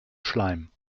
schleim